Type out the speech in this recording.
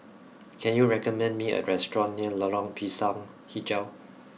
can you recommend me a restaurant near Lorong Pisang HiJau